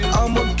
I'ma